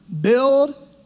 build